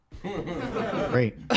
Great